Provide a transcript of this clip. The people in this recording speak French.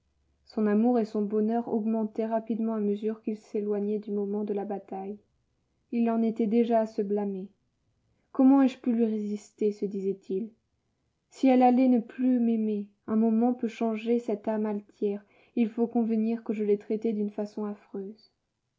son amour et son bonheur augmentaient rapidement à mesure qu'il s'éloignait du moment de la bataille il en était déjà à se blâmer comment ai-je pu lui résister se disait-il si elle allait ne plus m'aimer un moment peut changer cette âme altière et il faut convenir que je l'ai traitée d'une façon affreuse